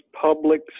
public